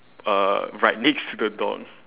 uh right next to the dog